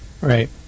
right